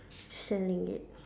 selling it